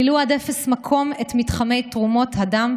מילאו עד אפס מקום את מתחמי תרומות הדם,